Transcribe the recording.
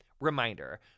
reminder